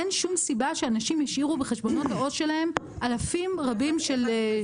אין שום סיבה שאנשים ישאירו בחשבונות העו"ש שלהם אלפים רבים של שקלים.